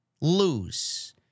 lose